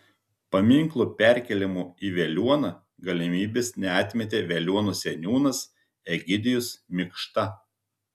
paminklo perkėlimo į veliuoną galimybės neatmetė veliuonos seniūnas egidijus mikšta